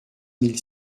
mille